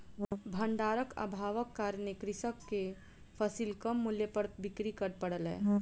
भण्डारक अभावक कारणेँ कृषक के फसिल कम मूल्य पर बिक्री कर पड़लै